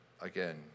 again